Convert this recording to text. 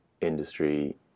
industry